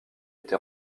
été